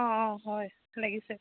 অঁ হয় লাগিছে